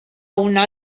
una